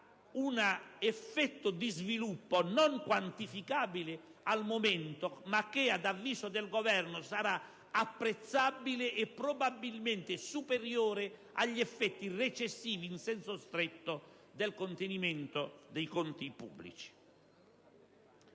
un effetto di sviluppo non quantificabile al momento ma che, ad avviso del Governo, sarà apprezzabile e probabilmente superiore agli effetti recessivi in senso stretto del contenimento dei conti pubblici.